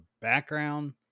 background